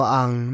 ang